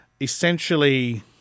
essentially